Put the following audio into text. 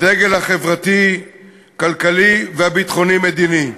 הדגל החברתי-כלכלי והביטחוני-מדיני,